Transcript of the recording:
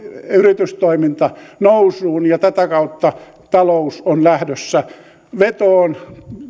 yritystoiminta nousuun ja tätä kautta talous on lähdössä vetoon